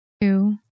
Two